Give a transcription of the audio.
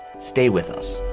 stay with us